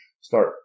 start